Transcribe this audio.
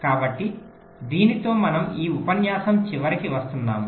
కాబట్టి దీనితో మనం ఈ ఉపన్యాసం చివరికి వస్తాము